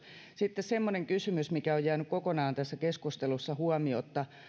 sitten semmoinen kysymys mikä on jäänyt kokonaan tässä keskustelussa huomiotta